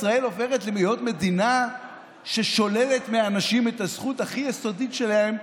ישראל עוברת להיות מדינה ששוללת מהאנשים את הזכות הכי יסודית שלהם,